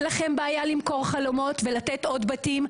לכם בעיה למכור חלומות ולתת עוד בתים?